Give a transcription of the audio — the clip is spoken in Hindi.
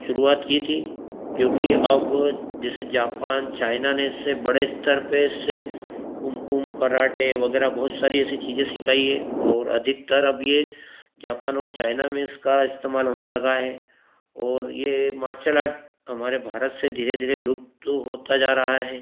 शुरुआत की थी जो कि अब जैसे जापान चाइना ने इससे बड़े स्तर पे से कुंगकूं कराटे वगैरह बहुत सारी ऐसी चीज़ें सिखाई हैं और अधिकतर अब ये जापान और चाइना में इसका इस्तेमाल होने लगा है और ये मार्सल आर्ट हमारे भारत से धीरे धीरे लुप्त होता जा रहा है